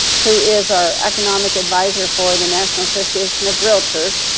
who is our economic advisor for the national association of realtors.